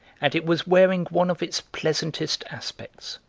and it was wearing one of its pleasantest aspects.